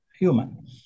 human